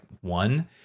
one